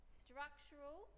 structural